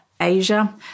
Asia